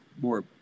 more